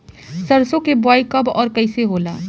सरसो के बोआई कब और कैसे होला?